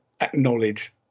acknowledge